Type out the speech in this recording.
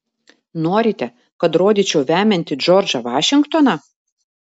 norite kad rodyčiau vemiantį džordžą vašingtoną